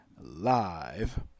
live